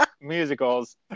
musicals